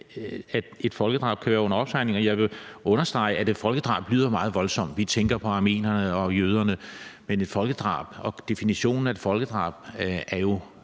at et folkedrab er under opsejling. Og jeg vil understrege, at et folkedrab lyder meget voldsomt. Vi tænker på armenierne og jøderne. Men et folkedrab og definitionen af et folkedrab er jo